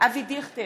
אבי דיכטר,